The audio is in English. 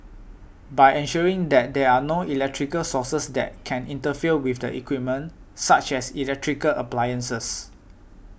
by ensuring that there are no electrical sources that can interfere with the equipment such as electrical appliances